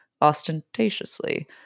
ostentatiously